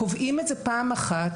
קובעים את זה פעם אחת.